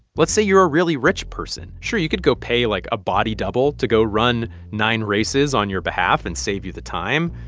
let's say you're a really rich person. sure, you could go pay, like, a body double to go run nine races on your behalf and save you the time.